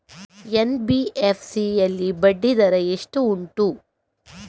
NBFC ಯಲ್ಲಿ ಬಡ್ಡಿ ದರ ಎಷ್ಟು ಉಂಟು?